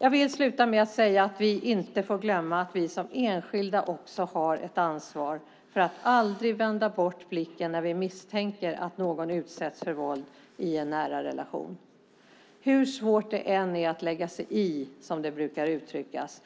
Jag vill sluta med att säga att vi inte får glömma att vi som enskilda också har ett ansvar för att aldrig vända bort blicken när vi misstänker att någon utsätts för våld i en nära relation. Hur svårt det än är att lägga sig i, som det brukar uttryckas,